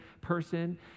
person